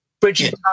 Bridget